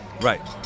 Right